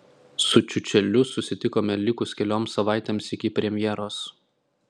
su čiučeliu susitikome likus kelioms savaitėms iki premjeros